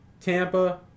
Tampa